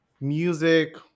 music